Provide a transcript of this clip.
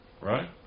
right